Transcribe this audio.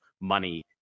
money